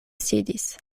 sidis